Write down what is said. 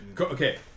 Okay